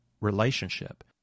relationship